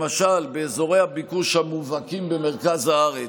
למשל באזורי הביקוש המובהקים במרכז הארץ,